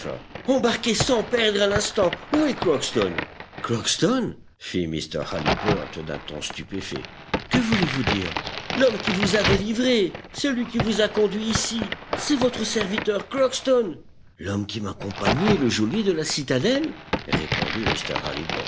embarquez sans perdre un instant où est crockston crockston fit mr halliburtt d'un ton stupéfait que voulez-vous dire l'homme qui vous a délivré celui qui vous a conduit ici c'est votre serviteur crockston l'homme qui m'accompagnait est le geôlier de la citadelle répondit